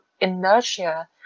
inertia